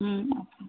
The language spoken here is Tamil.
ம் ஓகே